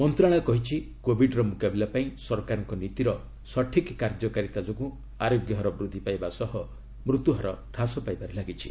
ମନ୍ତ୍ରଣାଳୟ କହିଛି କୋଭିଡର ମୁକାବିଲା ପାଇଁ ସରକାରଙ୍କ ନୀତିର ସଠିକ୍ କାର୍ଯ୍ୟକାରୀତା ଯୋଗୁଁ ଆରୋଗ୍ୟହାର ବୃଦ୍ଧି ପାଇବା ସହ ମୃତ୍ୟୁହାର ହ୍ରାସ ପାଇବାରେ ଲାଗିଛି